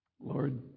Lord